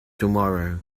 tomorrow